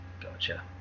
gotcha